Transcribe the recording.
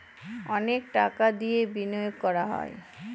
অনেক টাকা দিয়ে বিনিয়োগ করা হয়